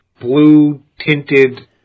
blue-tinted